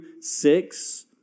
six